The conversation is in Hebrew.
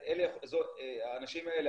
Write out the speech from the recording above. האנשים האלה,